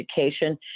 education